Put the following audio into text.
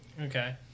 okay